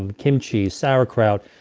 and kimchi, sauerkraut,